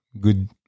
good